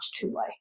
two-way